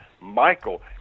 Michael